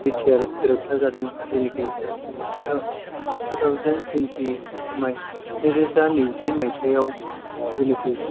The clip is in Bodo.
बि टि आर गोरोबथा जादों जेनेखि टुथावजेन टुइनटि नैरोजा नैजि मायथाइयाव जेनेखि